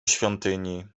świątyni